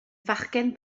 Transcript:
fachgen